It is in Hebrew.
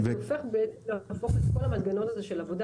וזה הופך את כל המנגנון הזה של עבודה